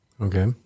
Okay